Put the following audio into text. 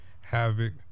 Havoc